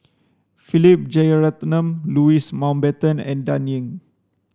Philip Jeyaretnam Louis Mountbatten and Dan Ying